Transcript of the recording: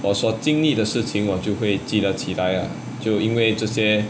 我所经历的事情我就会记得起来啊就因为这些